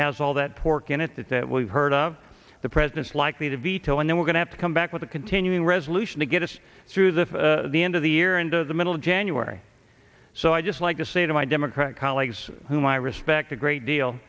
has all that pork in it that that we've heard of the president's likely to veto and then we're going to come back with a continuing resolution to get us through the the end of the year into the middle of january so i just like to say to my democrat colleagues whom i respect a great deal